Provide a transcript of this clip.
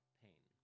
pain